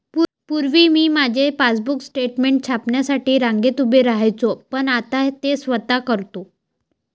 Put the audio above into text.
पूर्वी मी माझे पासबुक स्टेटमेंट छापण्यासाठी रांगेत उभे राहायचो पण आता ते स्वतः करतो